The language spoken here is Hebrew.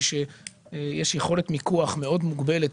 היא שיש יכולת מיקוח מאוד מוגבלת,